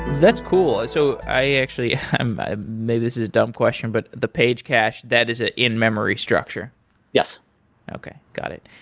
that's cool. i so i actually um ah maybe this is a dumb question but the page cache that is an in-memory structure yes okay, got it.